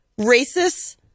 racist